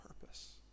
purpose